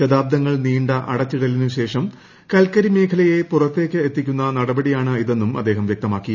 ശതാബ്ദങ്ങൾ നീണ്ട അടച്ചിടലിനു ശേഷം കൽക്കരി മേഖലയെ പുറത്തേക്ക് എത്തിക്കുന്ന നടപടിയാണിതെന്നും അദ്ദേഹം വ്യക്തമാക്കി